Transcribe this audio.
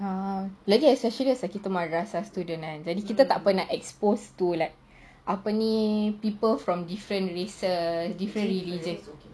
ah lagi especially kita madrasah student kan jadi kita tak pernah exposed to like apa ni people from different races